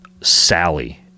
Sally